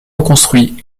reconstruit